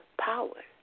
power